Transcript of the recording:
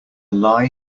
lie